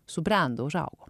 subrendo užaugo